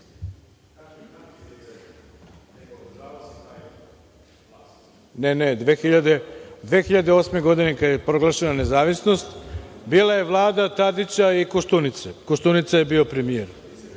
Ne, 2008. godine kada je proglašena nezavisnost bila je Vlada Tadića i Koštunice i Koštunica je bio premijer.